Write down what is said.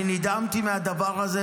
אני נדהמתי מהדבר הזה,